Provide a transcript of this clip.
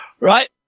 Right